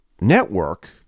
network